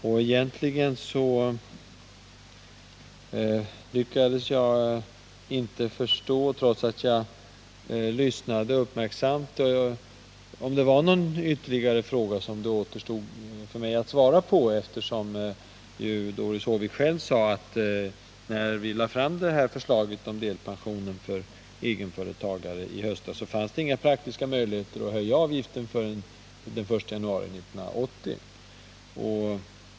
Trots att jag lyssnade uppmärksamt lyckades jag inte förstå om det återstod någon ytterligare fråga som jag skulle svara på. Som Doris Håvik själv sade fanns det, när vi lade fram förslaget om delpension för egenföretagare i höstas, inga praktiska möjligheter att höja avgiften före den I januari 1980.